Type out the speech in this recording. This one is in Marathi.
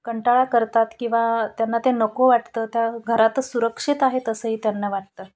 कंटाळा करतात किंवा त्यांना ते नको वाटतं त्या घरातच सुरक्षित आहेत असंही त्यांना वाटतं